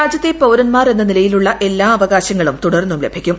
രാജ്യത്തെ പൌരന്മാർ എന്ന നിലയിലുള്ള എല്ലാ അവകാശങ്ങളും തുടർന്നും ലഭിക്കും